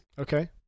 Okay